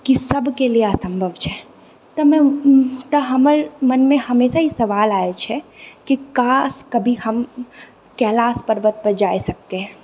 कि सबके लिए असम्भव छै तऽ हमर मोनमे हमेशा ई सवाल आबै छै कि काश कभी हम कैलाश पर्वतपर जाइ सकिए